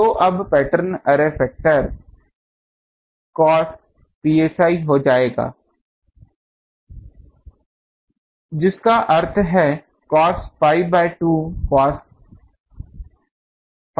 तो अब pattern array factor cos psi हो जाएगा जिसका अर्थ है cos pi by 2 cos phi